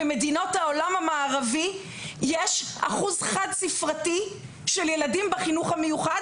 במדינות העולם המערבי יש אחוז חד ספרתי של ילדים בחינוך המיוחד,